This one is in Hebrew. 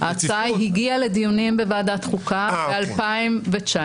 ההצעה הגיעה לדיונים בוועדת חוקה ב-2019.